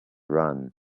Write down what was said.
run